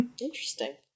Interesting